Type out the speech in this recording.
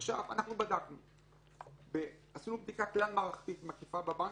ואז הריבית המוכרת היא הריבית של הלוואות של בנקים,